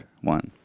one